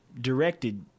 directed